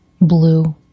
blue